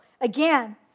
again